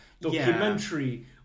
documentary